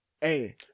Hey